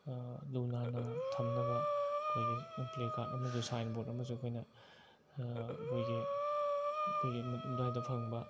ꯂꯨ ꯅꯥꯟꯅ ꯊꯝꯅꯕ ꯑꯩꯈꯣꯏꯒꯤ ꯄ꯭ꯂꯦ ꯀꯥꯗ ꯑꯃꯁꯨ ꯁꯥꯏꯟ ꯕꯣꯗ ꯑꯃꯁꯨ ꯑꯩꯈꯣꯏꯅ ꯑꯩꯈꯣꯏꯒꯤ ꯑꯩꯈꯣꯏꯒꯤ ꯑꯗꯨꯋꯥꯏꯗ ꯐꯪꯕ